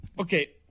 okay